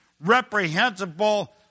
reprehensible